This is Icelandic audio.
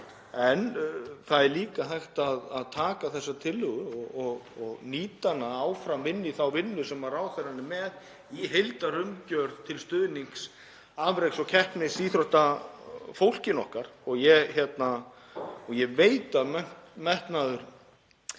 En það er líka hægt að taka þessa tillögu og nýta hana áfram í þeirri vinnu sem ráðherrann er með um heildarumgjörð til stuðnings afreks- og keppnisíþróttafólkinu okkar. Ég veit að metnaður